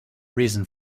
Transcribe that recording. reason